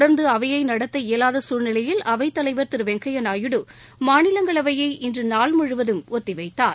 தொடர்ந்து அவையை நடத்த இயலாத சூழ்நிலையில் அவைத் தலைவர் திரு எம் வெங்கய்யா நாயுடு மாநிலங்களவையை இன்று நாள்முழுவதும் ஒத்திவைத்தார்